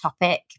topic